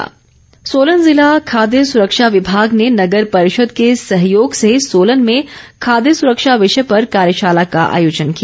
खाद्य सुरक्षा सोलन ज़िला खाद्य सुरक्षा विमाग ने नगर परिषद के सहयोग से सोलन में खाद्य सुरक्षा विषय पर कार्यशाला का आयोजन किया